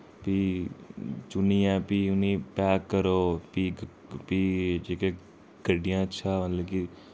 फ्ही चुनियै फ्ही उ'नें पैक करो फ्ही फ्ही जेह्के गड्डियां'शा मतलब कि